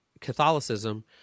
Catholicism